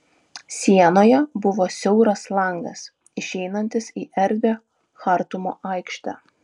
sienoje buvo siauras langas išeinantis į erdvią chartumo aikštę